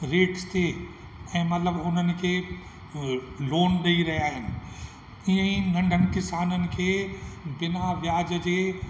rates ते ऐं मतिलबु उन्हनि खे लोन ॾेई रहिया आहिनि ईअं ई नन्ढनि किसाननि खे बिना व्याज जे